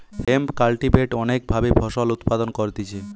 hemp cultivate অনেক ভাবে ফসল উৎপাদন করতিছে